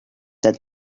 that